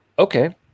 okay